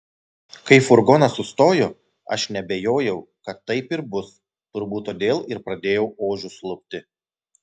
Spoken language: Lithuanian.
kai furgonas sustojo aš neabejojau kad taip ir bus turbūt todėl ir pradėjau ožius lupti